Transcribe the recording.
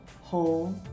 whole